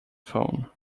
phone